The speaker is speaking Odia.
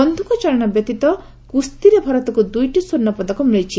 ବନ୍ଧୁକ ଚାଳନା ବ୍ୟତୀତ କୁସ୍ତିରେ ଭାରତକୁ ଦୁଇଟି ସ୍ୱର୍ଷ୍ଣ ପଦକ ମିଳିଛି